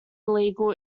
illegal